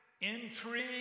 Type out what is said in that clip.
intrigue